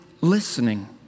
listening